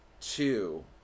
two